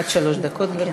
עד שלוש דקות, גברתי.